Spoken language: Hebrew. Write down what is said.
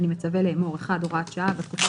אני מצווה לאמור: הוראת שעה 1. בתקופה